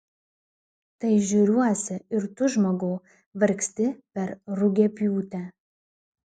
tai žiūriuosi ir tu žmogau vargsti per rugiapjūtę